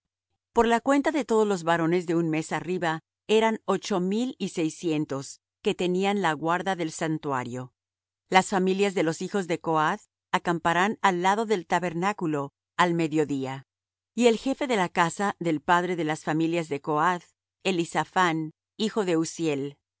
por la cuenta de todos los varones de un mes arriba eran ocho mil y seiscientos que tenían la guarda del santuario las familias de los hijos de coath acamparán al lado del tabernáculo al mediodía y el jefe de la casa del padre de las familias de coath elisaphán hijo de uzziel y